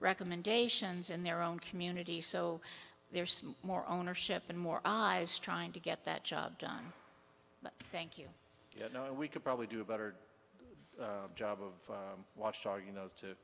recommendations in their own community so there's some more ownership and more eyes trying to get that job done thank you you know we could probably do a better job of wash our you know to